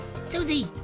Susie